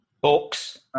Books